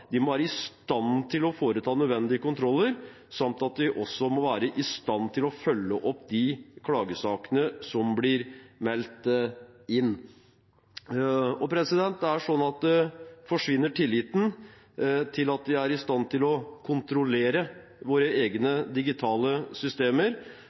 må være i stand til å foreta nødvendige kontroller, samt at de også må være i stand til å følge opp de klagesakene som blir meldt inn. Forsvinner tilliten til at vi er i stand til å kontrollere våre